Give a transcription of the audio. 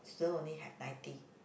student only have ninety